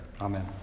Amen